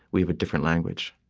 we have a different language.